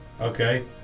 Okay